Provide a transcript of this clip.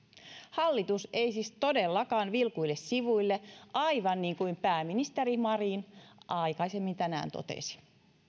hallitus ei siis todellakaan vilkuile sivuille aivan niin kuin pääministeri marin aikaisemmin tänään totesi